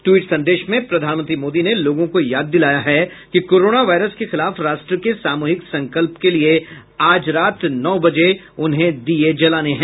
tweet संदेश में प्रधानमंत्री मोदी ने लोगों को याद दिलाया है कि कोरोना वायरस के खिलाफ राष्ट्र के सामूहिक संकल्प के लिए आज रात नौ बजे उन्हें दीये जलाने हैं